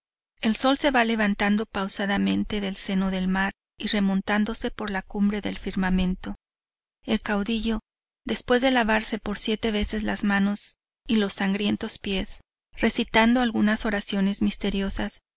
el sol se va levantando pausadamente del seno del mar y remontándose por la cumbre del firmamento el caudillo después de lavarse por siete veces las manos y los sangrientos pies recitando algunas oraciones misteriosas